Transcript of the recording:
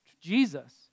Jesus